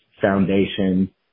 Foundation